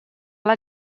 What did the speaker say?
alla